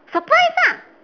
surprise ah